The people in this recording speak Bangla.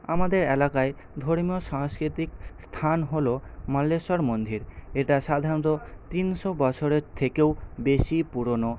আমাদের এলাকায় ধর্মীয় সাংস্কৃতিক স্থান হল মালেশ্বর মন্দির এটা সাধারণত তিনশো বছরের থেকেও বেশি পুরোনো